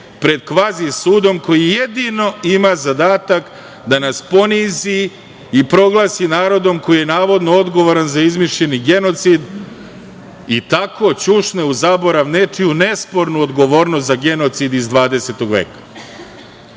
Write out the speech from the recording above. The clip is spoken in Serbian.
pred kvazi sudom koji jedino ima zadatak da nas ponizi i proglasi narodom koji je navodno odgovoran za izmišljeni genocid i tako ćušne u zaborav nečiju nespornu odgovornost za genocid iz 20.